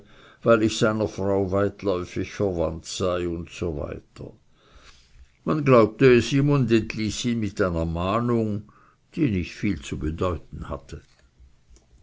weil ich seiner frau weitläufig verwandt sei usw man glaubte es ihm und entließ ihn mit einer mahnung die nicht viel zu bedeuten hatte